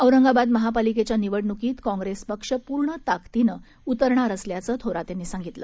औरंगाबादमहापालिकेच्यानिवडणुकीतकाँग्रेसपक्षपूर्णताकदीनंउतरणारअसल्याचं थोरातयांनीसांगितलं